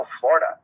Florida